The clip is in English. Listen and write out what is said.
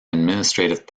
administrative